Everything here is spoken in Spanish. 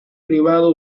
privado